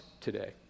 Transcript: today